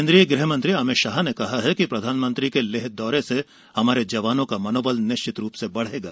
केंद्रीय गृहमंत्री अमित शाह ने कहा है कि प्रधानमंत्री के लेह दौरे से हमारे जवानों का मनोबल निश्चित रूप से बढ़ेगा